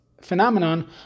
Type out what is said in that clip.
phenomenon